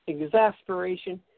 exasperation